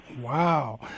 Wow